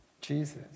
Jesus